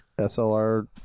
slr